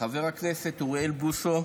חבר הכנסת אוריאל בוסו,